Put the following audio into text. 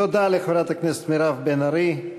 תודה לחברת הכנסת מירב בן ארי.